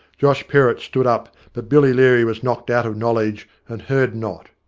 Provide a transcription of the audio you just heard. josh perrott stood up, but billy leary was knocked out of knowledge, and heard not.